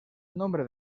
nombre